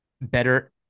better